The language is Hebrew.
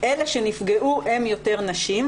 אלה שנפגעו הן יותר נשים,